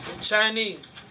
Chinese